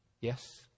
Yes